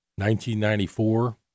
1994